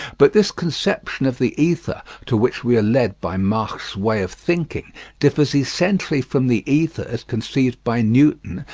but this conception of the ether to which we are led by mach's way of thinking differs essentially from the ether as conceived by newton,